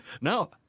No